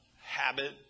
habit